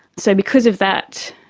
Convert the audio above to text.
so because of that,